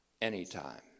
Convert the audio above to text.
anytime